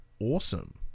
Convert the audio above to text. awesome